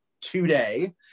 today